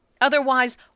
Otherwise